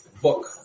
book